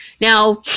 Now